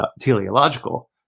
teleological